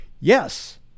Yes